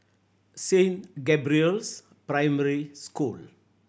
Saint Gabriel's Primary School